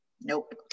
Nope